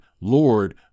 Lord